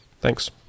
Thanks